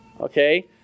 Okay